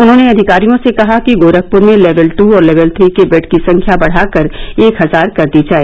उन्हॉने अधिकारियों से कहा कि गोरखपुर में लेवल टू और लेवल थ्री के बेड की संख्या बढ़ाकर एक हजार कर दी जाय